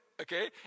Okay